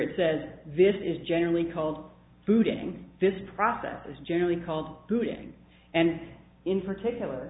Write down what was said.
it says this is generally called booting this process is generally called booting and in particular